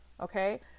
Okay